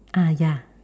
ah ya